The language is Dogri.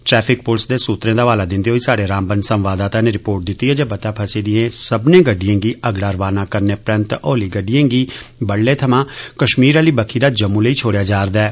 ट्रैफिक पुलस दे सुत्तरें दा हवाला दिंदे होई स्हाड़े रामबन संवाददाता नै रिपोर्ट दित्ती ऐ जे बत्ता फसी दिए सव्मने गडिडए गी अगड़े रवाना करने परैन्त हौली गडिडए गी बड्डलै थमां कश्मीर आह्ली बक्खी दा जम्मू लेई छोड़ेआ जा'रदा ऐ